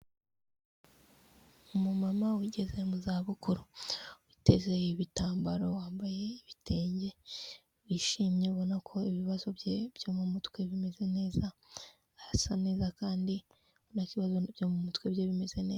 Umumama ugeze mu zabukuru. Uteze ibitambaro, wambaye ibitenge, wishimye ubona ko ibibazo bye byo mu mutwe bimeze neza, arasa neza kandi nta kibazo n'ibyo mu mutwe we bimeze neza.